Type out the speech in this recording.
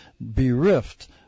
bereft